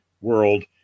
world